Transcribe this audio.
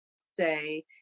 say